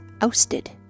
ousted